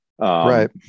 right